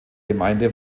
gemeinde